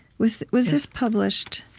was was this published